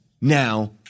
now